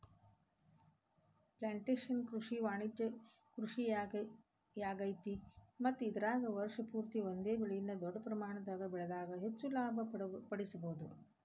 plantation ಕೃಷಿ ವಾಣಿಜ್ಯ ಕೃಷಿಯಾಗೇತಿ ಮತ್ತ ಇದರಾಗ ವರ್ಷ ಪೂರ್ತಿ ಒಂದೇ ಬೆಳೆನ ದೊಡ್ಡ ಪ್ರಮಾಣದಾಗ ಬೆಳದಾಗ ಹೆಚ್ಚ ಲಾಭ ಪಡಿಬಹುದ